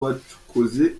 bacukuzi